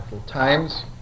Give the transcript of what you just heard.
Times